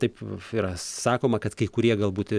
taip yra sakoma kad kai kurie galbūt